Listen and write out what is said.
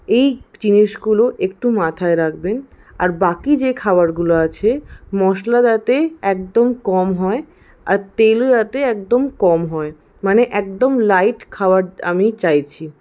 এই জিনিসগুলো একটু মাথায় রাখবেন আর বাকি যে খাবারগুলো আছে মশলা তাতে একদম কম হয় আর তেলও যাতে একদম কম হয় মানে একদম লাইট খাবার আমি চাইছি